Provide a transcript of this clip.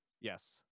Yes